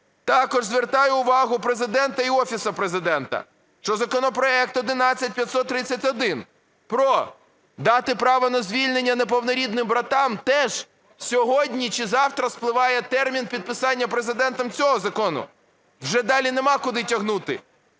Також звертаю увагу Президента і Офісу Президента, що законопроект 11531 про дати право на звільнення неповнорідним братам, теж сьогодні чи завтра спливає термін підписання Президентом цього закону, вже далі немає куди тягнути.